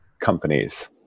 companies